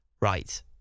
right